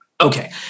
Okay